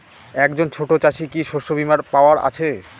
একজন ছোট চাষি কি শস্যবিমার পাওয়ার আছে?